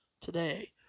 today